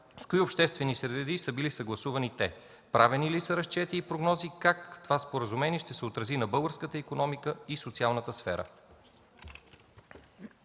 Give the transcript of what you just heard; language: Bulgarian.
с кои обществени среди са били съгласувани те? Правени ли са разчети и прогнози как това споразумение ще се отрази на българската икономика и социалната сфера?